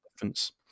difference